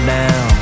now